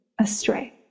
astray